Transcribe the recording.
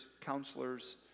counselors